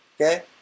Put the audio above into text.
Okay